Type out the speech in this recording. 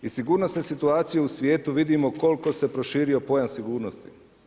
Iz sigurnosne situacije u svijetu vidimo koliko se proširio pojam sigurnosti.